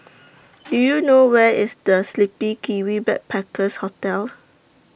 Do YOU know Where IS The Sleepy Kiwi Backpackers Hostel